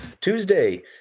Tuesday